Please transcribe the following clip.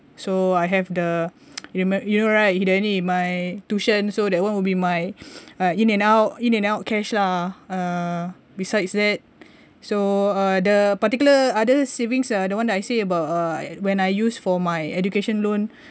so I have the you right Hidani my tuition so that one will be my uh in and out in and out cash lah uh besides that so uh the particular other savings uh the one I say about uh when I used for my education loan